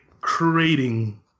creating